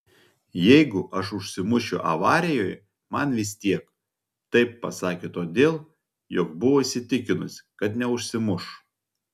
jeigu aš užsimušiu avarijoje man vis tiek tai pasakė todėl jog buvo įsitikinusi kad neužsimuš